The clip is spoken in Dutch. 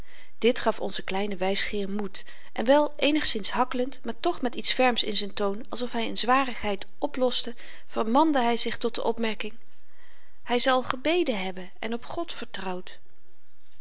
dit gaf onzen kleinen wysgeer moed en wel eenigszins hakkelend maar toch met iets ferms in z'n toon alsof hy n zwarigheid oploste vermande hy zich tot de opmerking hy zal gebeden hebben en op god vertrouwd